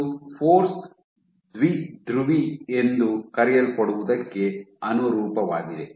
ಇದು ಫೋರ್ಸ್ ದ್ವಿಧ್ರುವಿ ಎಂದು ಕರೆಯಲ್ಪಡುವದಕ್ಕೆ ಅನುರೂಪವಾಗಿದೆ